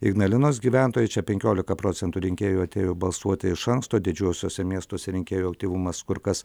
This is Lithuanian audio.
ignalinos gyventojai čia penkiolika procentų rinkėjų atėjo balsuoti iš anksto didžiuosiuose miestuose rinkėjų aktyvumas kur kas